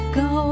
go